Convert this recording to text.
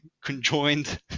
conjoined